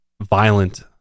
violent